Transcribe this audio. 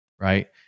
right